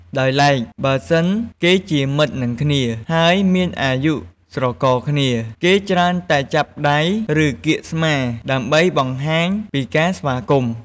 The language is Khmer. ដោយឡែកបើសិន គេជាមិត្តនឹងគ្មា ហើយមានអាយុស្រករគ្នា គេច្រើនតែចាប់ដៃ ឬ កៀកស្មា ដើម្បីបង្ហាញពីការស្វាគមន៍។